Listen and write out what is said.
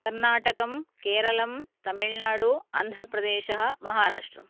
कर्नाटकं केरलं तमिळ्नाडु आन्ध्रप्रदेशः महाराष्ट्रम्